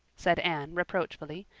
said anne reproachfully.